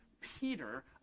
Peter